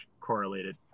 correlated